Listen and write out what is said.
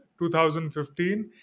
2015